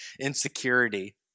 insecurity